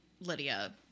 Lydia